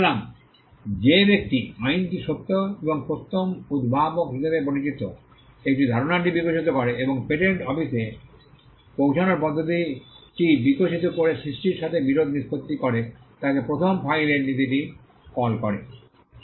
সুতরাং যে ব্যক্তি আইনটি সত্য এবং প্রথম উদ্ভাবক হিসাবে পরিচিত একটি ধারণাটি বিকশিত করে এবং পেটেন্ট অফিসে পৌঁছানোর পদ্ধতিটি বিকশিত করে সৃষ্টির সাথে বিরোধ নিষ্পত্তি করে তাকে প্রথম ফাইলের নীতিটি কল করে